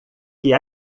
que